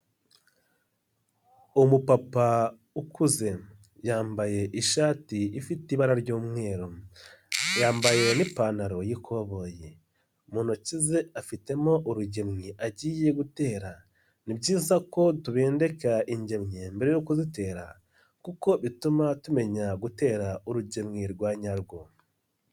Umupapa ukuze yambaye ishati ifite ibara ry'umweru, yambaye iyo n'ipantaro y'ikoboyi, mu ntoki ze afitemo urugemwe agiye gutera, ni byiza ko tubendeka ingemye mbere yo kuzitera kuko bituma tumenya gutera urugemwe rwa nyarwo.